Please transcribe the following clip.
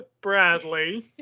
Bradley